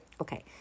okay